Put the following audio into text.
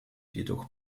jedoch